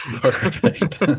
perfect